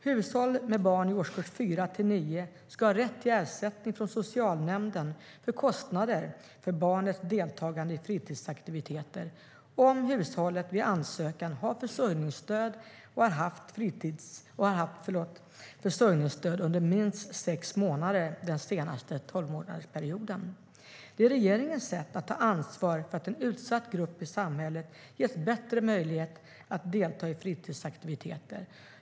Hushåll med barn i årskurs 4-9 ska ha rätt till ersättning från socialnämnden för kostnader för barnets deltagande i fritidsaktiviteter om hushållet vid ansökan har försörjningsstöd och har haft försörjningsstöd under minst sex månader den senaste tolvmånadersperioden. Det är regeringens sätt att ta ansvar för att en utsatt grupp i samhället ges bättre möjlighet att delta i fritidsaktiviteter.